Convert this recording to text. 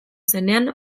zenean